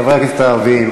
חברי הכנסת הערבים,